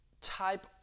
type